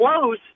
close